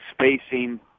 spacing